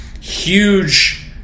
huge